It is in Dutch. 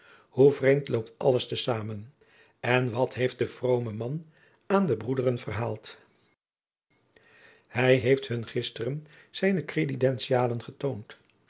hoe vreemd loopt alles te samen en wat heeft de vroome man aan de broederen verhaald jacob van lennep de pleegzoon hij heeft hun gisteren zijne credentialen getoond